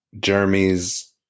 jeremy's